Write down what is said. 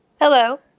Hello